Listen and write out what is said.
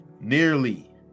nearly